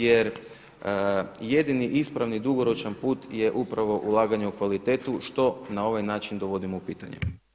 Jer jedini ispravni dugoročni put je upravo ulaganje u kvalitetu što na ovaj način dovodimo u pitanje.